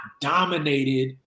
dominated